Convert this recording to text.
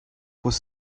was